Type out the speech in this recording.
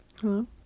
Hello